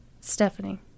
Stephanie